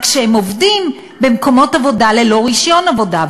רק שהם עובדים במקומות עבודה ללא רישיון עבודה,